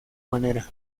manera